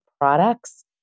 products